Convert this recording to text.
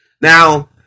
Now